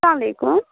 اَسلامُ علیکُم